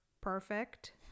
perfect